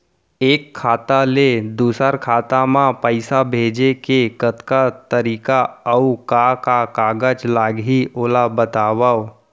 एक खाता ले दूसर खाता मा पइसा भेजे के कतका तरीका अऊ का का कागज लागही ओला बतावव?